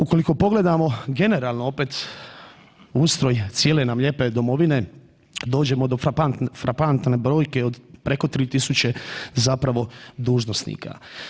Ukoliko pogledamo generalno opet ustroj cijele nam lijepe domovine, dođemo do frapantne brojke od preko 3000 zapravo dužnosnika.